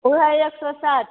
ओ हइ एक सए सात